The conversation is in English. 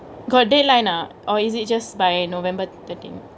got deadline anot or is it just by november thirteen